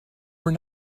were